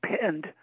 pinned